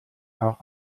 auch